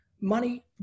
money